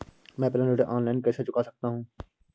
मैं अपना ऋण ऑनलाइन कैसे चुका सकता हूँ?